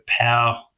power